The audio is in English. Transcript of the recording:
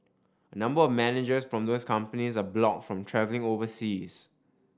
a number of managers from those companies are blocked from travelling overseas